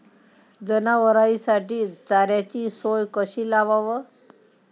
जनावराइसाठी चाऱ्याची सोय कशी लावाव?